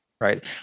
Right